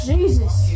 Jesus